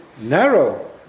narrow